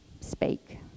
speak